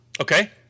Okay